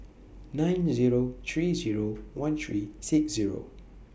nine Zero three Zero one three six Zero